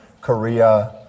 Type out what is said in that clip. Korea